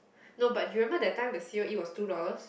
no but remember that time the C_O_E two dollars